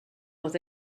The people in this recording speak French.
leurs